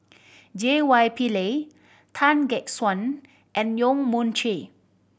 J Y Pillay Tan Gek Suan and Yong Mun Chee